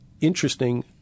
interesting